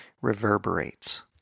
reverberates